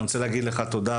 אני רוצה להגיד לך תודה,